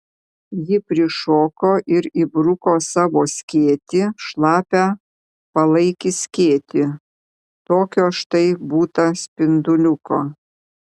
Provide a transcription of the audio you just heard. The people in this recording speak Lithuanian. ji prišoko ir įbruko savo skėtį šlapią palaikį skėtį tokio štai būta spinduliuko